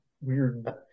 weird